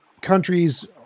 countries